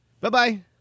Bye-bye